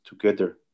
together